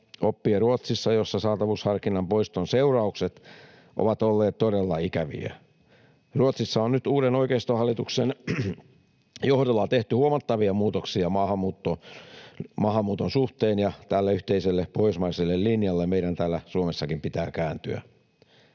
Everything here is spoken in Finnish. oppia Ruotsista, jossa saatavuusharkinnan poiston seuraukset ovat olleet todella ikäviä. Ruotsissa on nyt uuden oikeistohallituksen johdolla tehty huomattavia muutoksia maahanmuuton suhteen, ja tälle yhteiselle pohjoismaiselle linjalle meidän täällä Suomessakin pitää kääntyä.